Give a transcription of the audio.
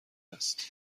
است